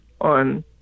on